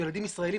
הם ילדים ישראלים,